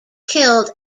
killed